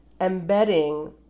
Embedding